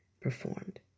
performed